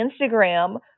Instagram